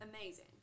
Amazing